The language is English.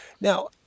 now